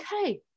Okay